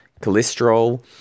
cholesterol